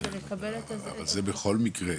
כדי לקבל --- זה בכל מקרה,